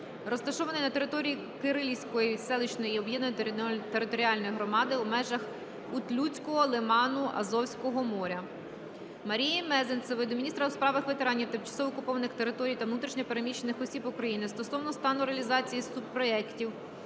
розташований на території Кирилівської селищної об'єднаної територіальної громади, в межах Утлюцького лиману Азовського моря. Марії Мезенцевої до міністра у справах ветеранів, тимчасово окупованих територій та внутрішньо переміщених осіб України стосовно стану реалізації субпроєктів,